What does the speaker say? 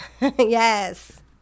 Yes